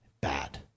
bad